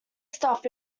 stuff